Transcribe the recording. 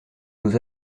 nous